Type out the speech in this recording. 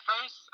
first